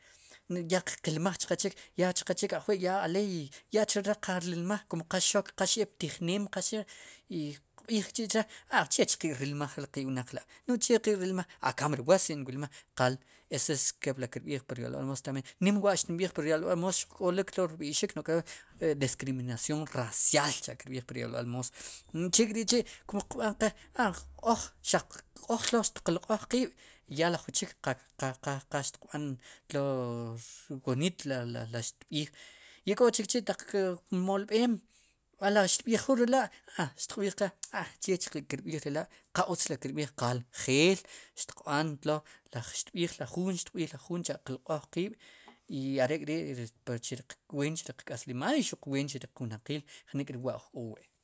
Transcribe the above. No'j ya qilmaj chqe chik yaa chqe chik ajwi' aleey yachlo re'qal rilmaaj kum qal xok qal xeek ptijneem i qb'iij chi' chre' a chech qe'rilmaj ri qe' wnaq la' nu'j che qe rilmaj a kamb'io ri wa si wilmaj qal eses kepli kirb'iij pur yolb'al moos tamb'ien nim wa'xtinb'iij pur yolb'al moos xuq k'olik tlo rb'i'xik discriminación racial taq kirb'iij pur yolb'al moos no'j chek'ri'chi' kum qb'an qe a oj xaq oj tlo xtiq lq'oj qiib' ya li jun chik qa qa qa qaxtiq b'an tlo wonit li xtb'iij i k'o chikchi' taq molb'eem k'asb'ijul ri la' a xtiq b'iij qe tz'a chech qe'kirb'iij ri la' qa utz ri kirb'iij qal geel xtiq b'an tlo xtb'iij la juun cha' xtiq lq'ooj qiib' i are'k'ri chu riq kweent chu riq k'aslimaal ween chu riq wnaqiil jnik'ri wa'oj k'o wi'.